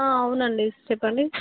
అవునండి చెప్పండి